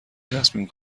تصمیم